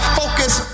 focus